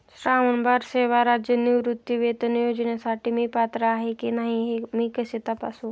श्रावणबाळ सेवा राज्य निवृत्तीवेतन योजनेसाठी मी पात्र आहे की नाही हे मी कसे तपासू?